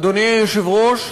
אדוני היושב-ראש,